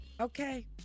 Okay